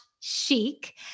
chic